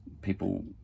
people